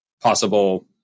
possible